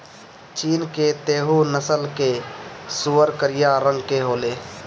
चीन के तैहु नस्ल कअ सूअर करिया रंग के होले